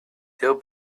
dill